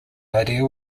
idea